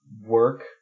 work